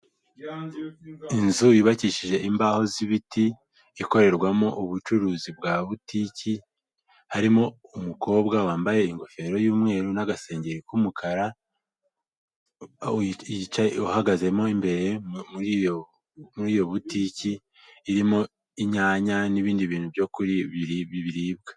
Inzu yubakishije imbaho z'ibiti ikorerwamo ubucuruzi bwa butiki, harimo umukobwa wambaye ingofero y'umweru n'agasengeri k'umukara, umuko yicaye uhagaze imbere muri iyo butiki irimo inyanya n'ibindi bintu byo kuri biri biribwa.